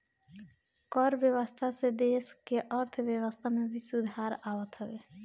कर व्यवस्था से देस के अर्थव्यवस्था में सुधार आवत हवे